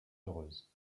heureuse